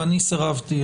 ואני סירבתי.